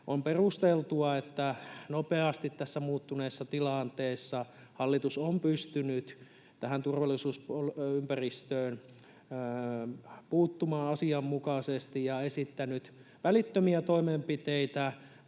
on perusteltua, että nopeasti tässä muuttuneessa tilanteessa hallitus on pystynyt tähän turvallisuusympäristöön puuttumaan asianmukaisesti ja esittänyt välittömiä toimenpiteitä